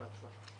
בהצלחה.